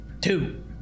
Two